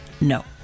No